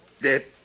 dead